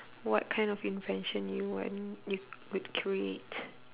what kind of invention do you want you would create